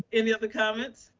any other comments?